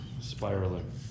spiraling